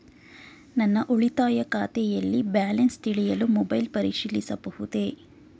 ನನ್ನ ಉಳಿತಾಯ ಖಾತೆಯಲ್ಲಿ ಬ್ಯಾಲೆನ್ಸ ತಿಳಿಯಲು ಮೊಬೈಲ್ ಪರಿಶೀಲಿಸಬಹುದೇ?